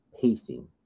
pacing